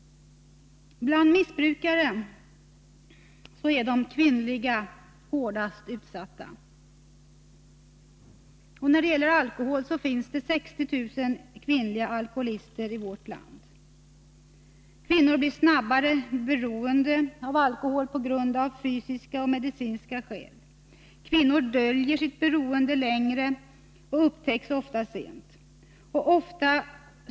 Bland missbrukare är kvinnorna de hårdast utsatta. Det finns 60 000 kvinnliga alkoholister i vårt land. Kvinnor blir snabbare beroende av alkohol, av fysiska och medicinska skäl. Kvinnor döljer sitt beroende länge, så att det ofta upptäcks sent.